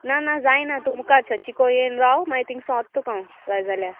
ना ना जायना तुमकां चर्ची को येन राव मागीर थिंगांसोन वोत्ता तुका हांव जाय जाल्यार